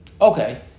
Okay